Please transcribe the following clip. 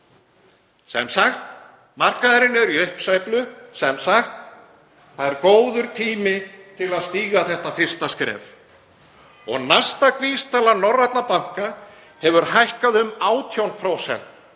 Sem sagt: Markaðurinn er í uppsveiflu. Sem sagt: Það er góður tími til að stíga þetta fyrsta skref. Nasdaq-vísitala norrænna banka hefur hækkað um 18%